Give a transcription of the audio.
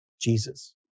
Jesus